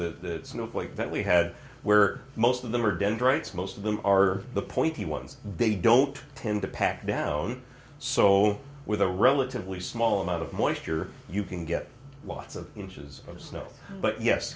that snowflake that we had where most of them are dendrites most of them are the pointy ones they don't tend to pack down so with a relatively small amount of moisture you can get lots of inches of snow but yes